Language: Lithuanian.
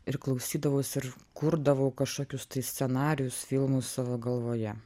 ir klausydavausi ir kurdavau kažkokius tai scenarijus filmus savo galvoje